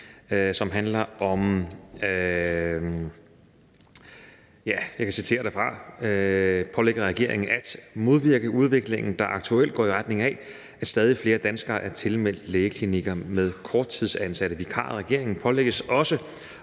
pålægger regeringen at modvirke udviklingen, der aktuelt går i retning af, at stadig flere danskere er tilmeldt lægeklinikker med korttidsansatte vikarer. Regeringen pålægges også